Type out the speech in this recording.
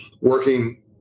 working